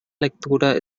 lectura